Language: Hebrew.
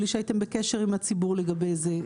בלי שהייתם בקשר עם הציבור לגבי זה.